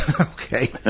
Okay